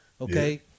okay